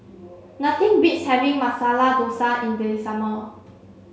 nothing beats having Masala Dosa in the summer